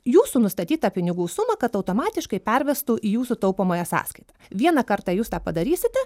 jūsų nustatytą pinigų sumą kad automatiškai pervestų į jūsų taupomąją sąskaitą vieną kartą jūs tą padarysite